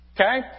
okay